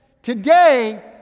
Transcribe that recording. Today